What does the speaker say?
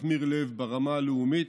מכמיר לב ברמה הלאומית,